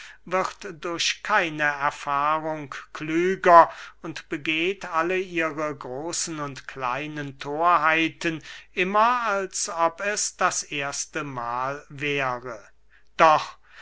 wird durch keine erfahrung klüger und begeht alle ihre großen und kleinen thorheiten immer als ob es das erste mahl wäre doch